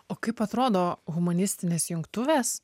o kaip atrodo humanistines jungtuvės